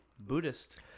Buddhist